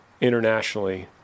internationally